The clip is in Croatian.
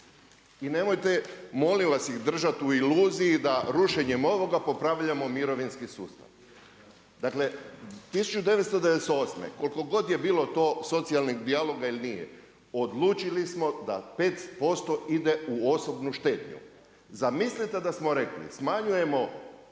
I nemojte molim vas, držati u iluziji da rušenjem ovoga popravljamo mirovinski sustav. Dakle, 1998. koliko god je bilo to socijalnih dijaloga ili nije bilo, odlučili smo da 5% ide u osobnu štednju. Zamislite da smo rekli, smanjujemo